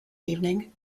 evening